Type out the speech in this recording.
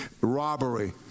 robbery